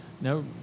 no